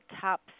top